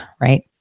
right